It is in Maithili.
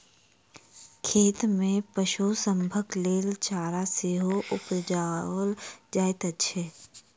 खेत मे पशु सभक लेल चारा सेहो उपजाओल जाइत छै